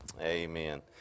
amen